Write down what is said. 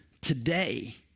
today